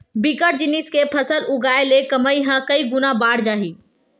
बिकट जिनिस के फसल उगाय ले कमई ह कइ गुना बाड़ जाही